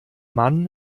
mann